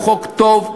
הוא חוק טוב,